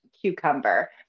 cucumber